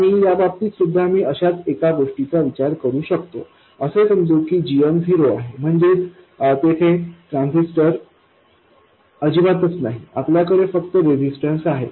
आणि या बाबतीत सुद्धा मी अशाच एका गोष्टीचा विचार करू शकतो असे समजू की gm झिरो आहे म्हणजेच तिथे ट्रान्झिस्टर अजिबातच नाही आपल्याकडे फक्त रेजिस्टन्स आहेत